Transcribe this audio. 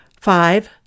Five